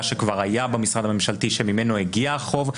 שכבר היה במשרד הממשלתי שממנו הגיע החוב.